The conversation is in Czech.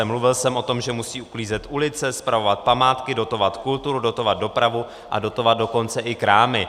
Mluvil jsem o tom, že musí uklízet ulice, spravovat památky, dotovat kulturu, dotovat dopravu a dotovat dokonce i krámy.